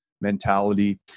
mentality